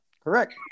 Correct